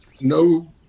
no